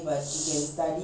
kershav